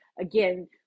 again